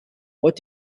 what